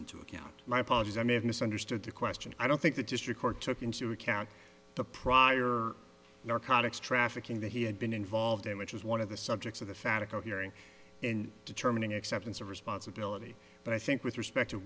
into account my apologies i may have misunderstood the question i don't think the district court took into account the prior narcotics trafficking that he had been involved in which is one of the subjects of the phatic our hearing in determining acceptance of responsibility but i think with respect to